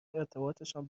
ارتباطشان